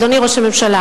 אדוני ראש הממשלה,